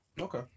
okay